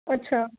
ਅੱਛਾ